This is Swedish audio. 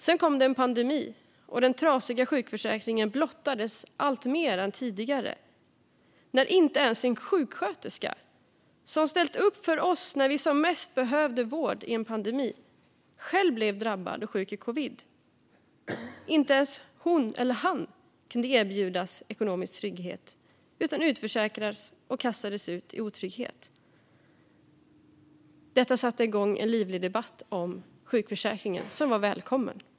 Sedan kom en pandemi, och den trasiga sjukförsäkringen blottades mer än tidigare när inte ens en sjuksköterska, som ställt upp för oss när vi som mest behövde vård i en pandemi, själv blev drabbad och sjuk i covid kunde erbjudas ekonomisk trygghet utan utförsäkrades och kastades ut i otrygghet. Detta satte igång en livlig och välkommen debatt om sjukförsäkringen.